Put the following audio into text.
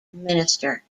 minister